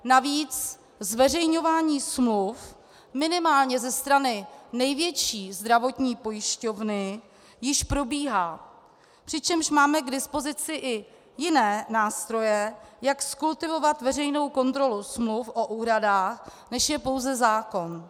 Navíc zveřejňování smluv minimálně ze strany největší zdravotní pojišťovny již probíhá, přičemž máme k dispozici i jiné nástroje, jak zkultivovat veřejnou kontrolu smluv o úhradách, než je pouze zákon.